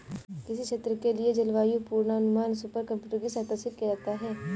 किसी क्षेत्र के लिए जलवायु पूर्वानुमान सुपर कंप्यूटर की सहायता से किया जाता है